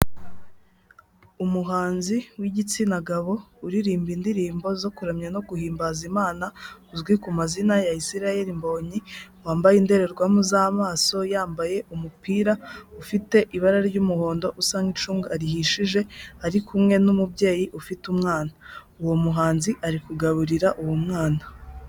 Umuhanzi w'igitsina gabo uririmba indirimbo zo kuramya no guhimbaza Imana, uzwi ku mazina ya Israel Mbonyi wambaye indorerwamo z'amaso, yambaye umupira ufite ibara ry'umuhondo usa n'icunga rihishije, ari kumwe n'umubyeyi ufite umwana, uwo muhanzi ari kugaburira uwo mwana.